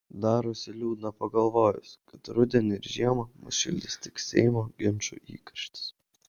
darosi liūdna pagalvojus kad rudenį ir žiemą mus šildys tik seimo ginčų įkarštis